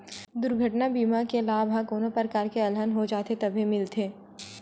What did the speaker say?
दुरघटना बीमा के लाभ ह कोनो परकार ले अलहन हो जाथे तभे मिलथे